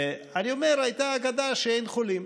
אני אומר, הייתה אגדה שאין חולים.